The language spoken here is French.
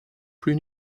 plus